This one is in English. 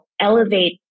elevate